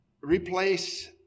replace